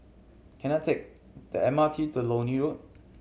can I take the M R T to Lornie Road